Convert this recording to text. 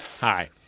Hi